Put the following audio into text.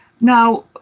now